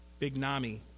Bignami